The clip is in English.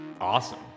awesome